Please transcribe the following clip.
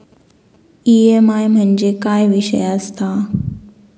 EMI म्हणजे काय विषय आसता?